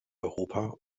europa